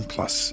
Plus